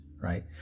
right